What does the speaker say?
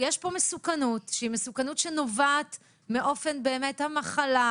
שיש פה מסוכנות שהיא מסוכנות שנובעת מאופן המחלה,